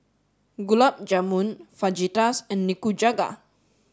Gulab Jamun Fajitas and Nikujaga